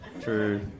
true